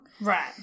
Right